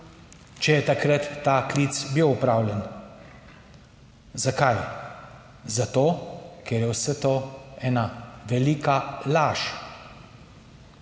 če je takrat ta klic bil opravljen. Zakaj? Zato, ker je vse to ena velika laž.